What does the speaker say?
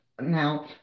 Now